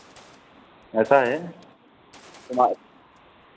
ऐसा है